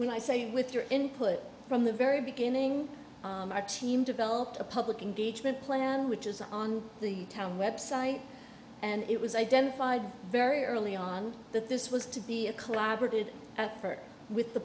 when i say with your input from the very beginning our team developed a public engagement plan which is on the town website and it was identified very early on that this was to be a collaborative effort with the